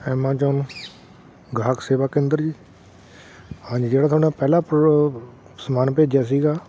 Amazon ਗਾਹਕ ਸੇਵਾ ਕੇਂਦਰ ਜੀ ਹਾਂਜੀ ਜਿਹੜਾ ਤੁਹਾਡਾ ਪਹਿਲਾ ਪ੍ਰੋ ਸਮਾਨ ਭੇਜਿਆ ਸੀਗਾ